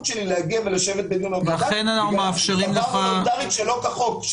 שלי להגיע ולשבת בחדר הוועדה בגלל החלטה וולנטרית שלא כחוק,